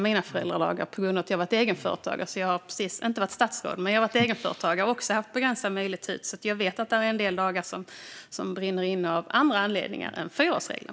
Men jag har varit egenföretagare och också haft begränsad möjlighet att ta ut föräldradagar, så jag vet att det är en del dagar som brinner inne av andra anledningar än fyraårsregeln.